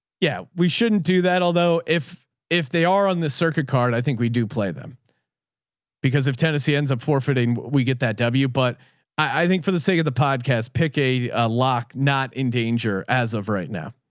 yeah, we shouldn't do that. although if, if they are on the circuit card, i think we do play them because if tennessee ends up forfeiting, we get that. w but i think for the sake of the podcast, pick a lock, not endanger. as of right now,